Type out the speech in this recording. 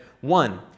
one